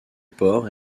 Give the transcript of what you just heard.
port